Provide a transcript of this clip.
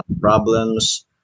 problems